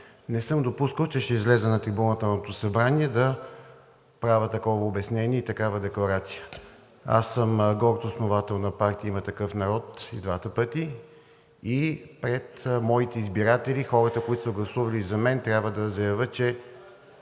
Не съм допускал, че ще изляза на трибуната на Народното събрание да правя такова обяснение и такава декларация. Аз съм горд основател на партия „Има такъв народ“ и двата пъти и пред моите избиратели – хората, които са гласували за мен, трябва да заявя, че